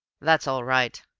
that's all right,